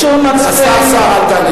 השר סער, אל תענה.